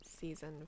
season